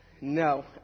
No